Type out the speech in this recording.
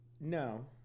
No